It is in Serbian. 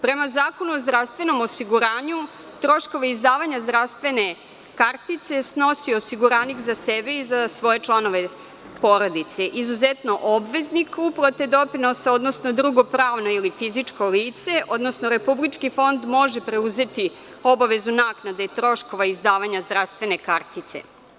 Prema Zakonu o zdravstvenom osiguranju, troškove izdavanja zdravstvene kartice snosi osiguranik za sebe i svoje članove porodice, izuzetno, obveznik uplate doprinosa, odnosno drugo pravno ili fizičko lice, odnosno Republički fond može preuzeti obavezu naknade troškova izdavanja zdravstvene kartice.